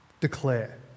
declare